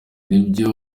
nibyo